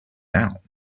out